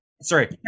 Sorry